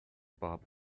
bob